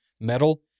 metal